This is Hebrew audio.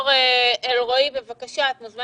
מותר לשחק טניס במגרש טניס, אבל אסור שיהיה שם